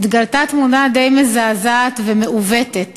נתגלתה תמונה די מזעזעת ומעוותת